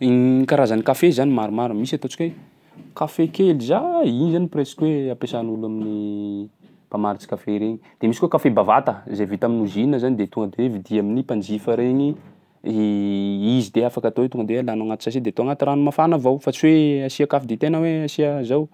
Gny karazany kafe zany maromaro, misy ataontsika hoe kafe kely zay, iny zany presque hoe ampiasan'olo amin'ny mpamarotsy kafe regny. De misy koa kafe bavata zay vita amin'ny ozinina zany tonga de tonga de vidia amin'ny mpanjifa regny izy de afaka atao hoe tonga de alanao agnaty sachet de atao agnaty rano mafana avao fa tsy hoe asià kafy dite na hoe asià zao,